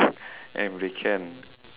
and if they can